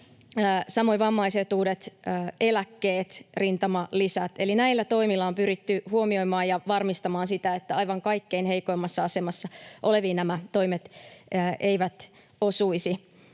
samoin vammaisetuudet, eläkkeet, rintamalisät. Eli näillä toimilla on pyritty huomioimaan ja varmistamaan sitä, että aivan kaikkein heikoimmassa asemassa oleviin nämä toimet eivät osuisi.